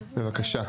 בבקשה.